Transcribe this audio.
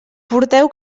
porteu